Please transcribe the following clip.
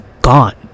gone